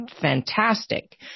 fantastic